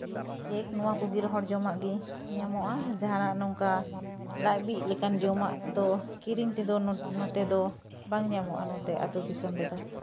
cake ᱱᱚᱣᱟ ᱠᱚᱜᱮ ᱨᱚᱦᱚᱲ ᱡᱚᱢᱟᱜ ᱜᱮ ᱧᱟᱢᱚᱜᱼᱟ ᱡᱟᱦᱟᱱᱟᱜ ᱱᱚᱝᱠᱟ ᱞᱟᱡ ᱵᱤᱡ ᱞᱮᱠᱟᱱ ᱡᱚᱢᱟᱜ ᱫᱚ ᱠᱤᱨᱤᱧ ᱛᱮᱫᱚ ᱱᱚᱛᱮ ᱫᱚ ᱵᱟᱝ ᱧᱟᱢᱚᱜᱼᱟ ᱱᱚᱛᱮ ᱟᱹᱛᱩ ᱫᱤᱥᱚᱢ ᱨᱮᱫᱚ